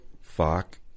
fuck